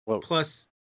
plus